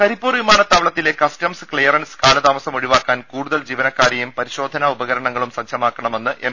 കരിപ്പൂർ വിമാനത്താവളത്തിലെ customs clearance കാലതാ മസം ഒഴിവാക്കാൻ കൂടുതൽ ജീവനക്കാരെയും പരിശോധനാ ഉപ കരണങ്ങളും സജ്ജമാക്കണമെന്ന് എം